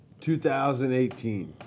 2018